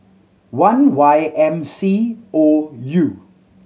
one Y M C O U